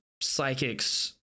psychics